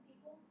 people